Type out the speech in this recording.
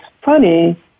funny